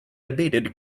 debated